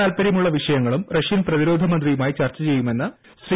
താത്പര്യമുള്ള വിഷയങ്ങളും റഷ്യൻ പ്രതിരോധ മന്ത്രിയുമായി ചർച്ച ചെയ്യുമെന്ന് ശ്രീ